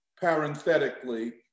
parenthetically